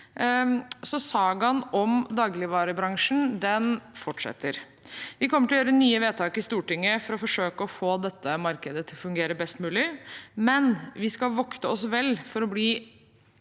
sagaen om dagligvarebransjen fortsetter. Vi kommer til å fatte nye vedtak i Stortinget for å forsøke å få dette markedet til å fungere best mulig, men vi skal vokte oss vel for å bli